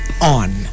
on